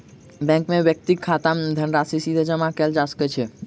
bank मे व्यक्तिक खाता मे धनराशि सीधे जमा कयल जा सकै छै